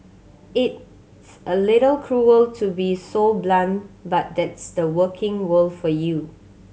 it's a little cruel to be so blunt but that's the working world for you